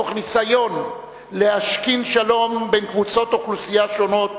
תוך ניסיון להשכין שלום בין קבוצות אוכלוסייה שונות